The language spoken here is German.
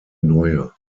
neue